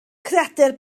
creadur